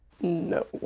no